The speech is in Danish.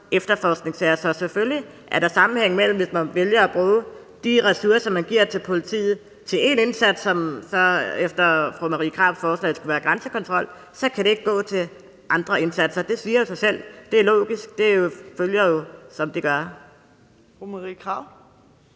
efterforskninger af sager, så selvfølgelig er der sammenhæng mellem det. Hvis man vælger at bruge de ressourcer, man giver til politiet, til én indsats, som så efter fru Marie Krarups forslag skal være grænsekontrol, så kan de ikke gå til andre indsatser. Det siger sig selv. Det er logisk; det følger jo af det.